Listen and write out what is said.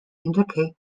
indicate